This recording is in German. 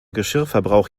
geschirrverbrauch